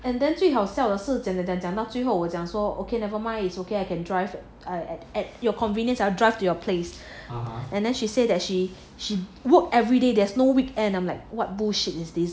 and then 最好笑的是讲讲讲到最后我讲说 okay never mind is okay I can drive I at at your convenience our drive to your place and then she said that she she work everyday there's no weekend I'm like what bull shit is this and then